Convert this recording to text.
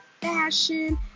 fashion